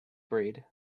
breed